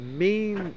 main